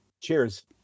Cheers